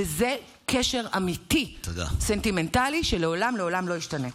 וזה קשר אמיתי סנטימנטלי שלעולם לעולם לא ישתנה.